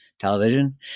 television